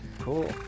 Cool